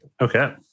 Okay